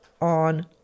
on